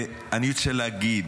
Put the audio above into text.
אני רוצה להגיד,